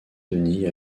denis